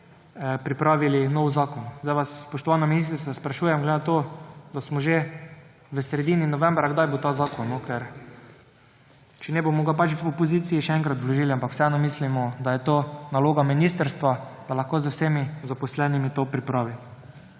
pripravili nov zakon. Zdaj vas, spoštovana ministrica sprašujem, glede nato, da smo že v sredini novembra, kdaj bo ta zakon, ker če ne, ga bomo pač v opoziciji še enkrat vložili, ampak vseeno mislimo, da je to naloga ministrstva, da lahko z vsemi zaposlenimi to pripravi.